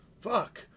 fuck